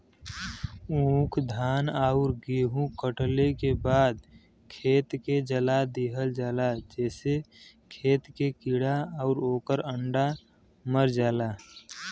ऊख, धान आउर गेंहू कटले के बाद खेत के जला दिहल जाला जेसे खेत के कीड़ा आउर ओकर अंडा मर जाला